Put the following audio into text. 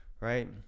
right